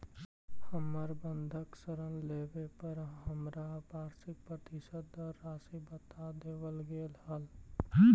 हमर बंधक ऋण लेवे पर हमरा वार्षिक प्रतिशत दर राशी बता देवल गेल हल